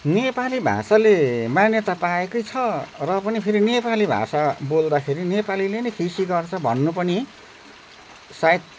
नेपाली भाषाले मान्यता पाएकै छ र पनि फेरि नेपाली भाषा बोल्दाखेरि नेपालीले नै खिसी गर्छ भन्नु पनि सायद